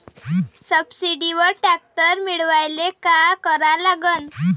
सबसिडीवर ट्रॅक्टर मिळवायले का करा लागन?